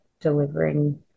delivering